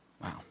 Wow